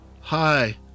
Hi